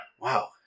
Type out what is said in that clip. Wow